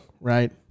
right